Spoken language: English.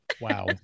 Wow